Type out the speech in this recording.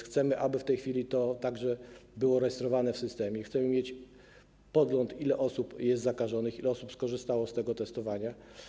Chcemy, aby w tej chwili to także było rejestrowane w systemie, i chcemy mieć podgląd, ile osób jest zakażonych, ile osób skorzystało z tego testowania.